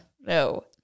No